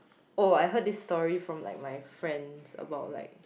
oh I heard this story from like my friends about like